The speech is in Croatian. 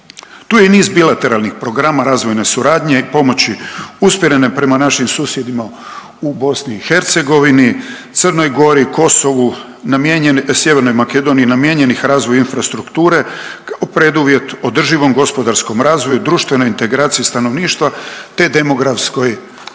Tu je i niz bilateralnih programa razvojne suradnje i pomoći usmjerene prema našim susjedima u BiH, Crnoj Gori, Kosovi, namijenjen…, Sjevernoj Makedoniji, namijenjenih razvoju infrastrukturu kao preduvjet održivom gospodarskom razvoju i društvenoj integraciji stanovništva, te demografskoj